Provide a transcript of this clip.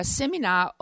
seminar